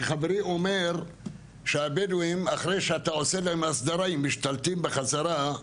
חברי אומר שאחרי שאתה עושה לבדואים הסדרה הם משתלטים בחזרה.